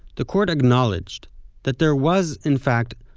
the court acknowledged that there was, in fact,